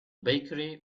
bakery